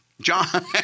John